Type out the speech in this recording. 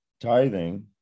tithing